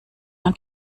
ein